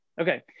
Okay